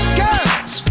girls